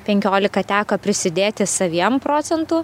penkiolika teko prisidėti saviem procentų